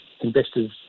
investors